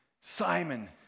Simon